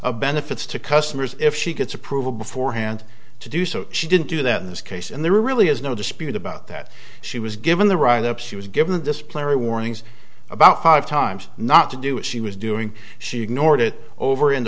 of benefits to customers if she gets approval beforehand to do so she didn't do that in this case and there really is no dispute about that she was given the write up she was given display warnings about five times not to do what she was doing she ignored it over and